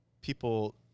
people